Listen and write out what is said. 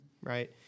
Right